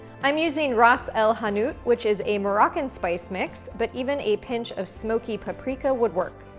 i'm using ras-el-hanout, which is a moroccan spice mix but even a pinch of smokey paprika would work.